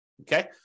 okay